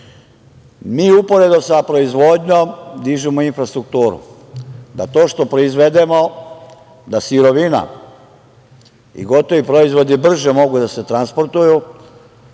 uporedimo sa proizvodnjom dižemo infrastrukturu, da to što proizvedemo, da sirovina i gotovi proizvodi brže mogu da se transportuju